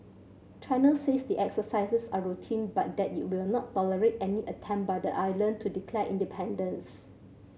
China says the exercises are routine but that it will not tolerate any attempt by the island to declare independence